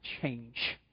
change